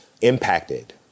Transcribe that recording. impacted